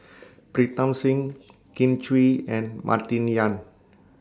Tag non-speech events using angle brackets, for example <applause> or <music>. Pritam Singh <noise> Kin Chui and Martin Yan